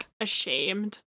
ashamed